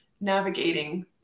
navigating